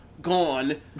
gone